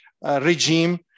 regime